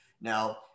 Now